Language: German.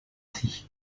sich